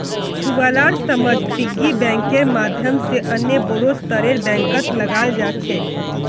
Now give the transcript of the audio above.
छुवालार समझ पिग्गी बैंकेर माध्यम से अन्य बोड़ो स्तरेर बैंकत लगाल जा छेक